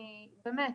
באמת.